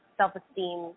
self-esteem